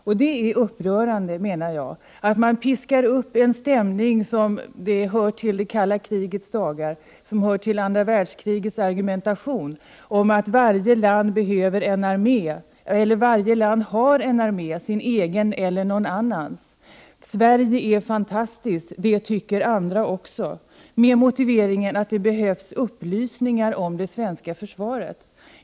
Det är, menar jag, upprörande att man piskar upp en stämning, som hör till det kalla krigets dagar och andra världskrigets argumentation, om att varje land har en armé, sin egen eller någon annans, Sverige är fantastiskt — det tycker andra också. Detta gör man med motiveringen att det behövs upplysningar om det svenska försvaret.